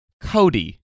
Cody